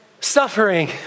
Suffering